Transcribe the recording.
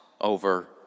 over